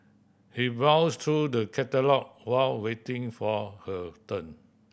she browsed through the catalog while waiting for her turn